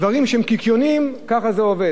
דברים קיקיוניים, כך זה עובד.